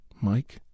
Mike